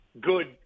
good